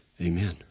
Amen